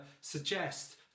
suggest